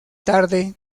tarde